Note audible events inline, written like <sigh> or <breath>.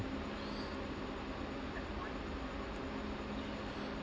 <breath>